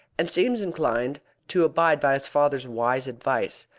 and seems inclined to abide by his father's wise advice,